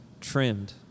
trimmed